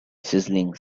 sizzling